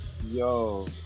Yo